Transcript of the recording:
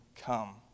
come